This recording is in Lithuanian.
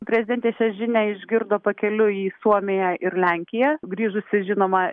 prezidentė šią žinią išgirdo pakeliui į suomiją ir lenkiją grįžusi žinoma